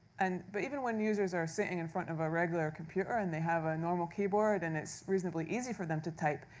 and but even when users are sitting in front of a regular computer, and they have a normal keyboard, and it's reasonably easy for them to type,